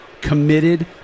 committed